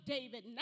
David